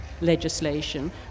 legislation